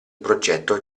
progetto